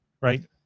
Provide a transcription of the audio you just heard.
right